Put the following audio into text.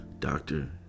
doctor